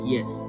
Yes